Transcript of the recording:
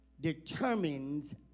determines